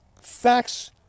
facts